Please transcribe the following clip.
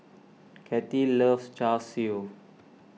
Cathi loves Char Siu